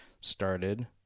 started